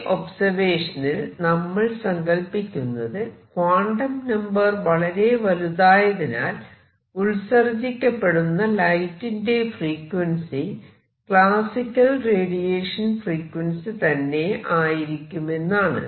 ഈ ഒബ്സെർവഷനിൽ നമ്മൾ സങ്കൽപ്പിക്കുന്നത് ക്വാണ്ടം നമ്പർ വളരെ വലുതായതിനാൽ ഉത്സർജിക്കപ്പെടുന്ന ലൈറ്റിന്റെ ഫ്രീക്വൻസി ക്ലാസിക്കൽ റേഡിയേഷൻ ഫ്രീക്വൻസി തന്നെ ആയിരിക്കുമെന്നാണ്